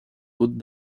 côtes